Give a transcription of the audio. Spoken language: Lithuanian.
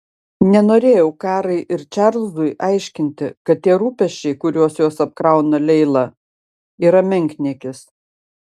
nenorėjau karai ir čarlzui aiškinti kad tie rūpesčiai kuriais juos apkrauna leila yra menkniekis